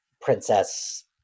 princess